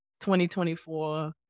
2024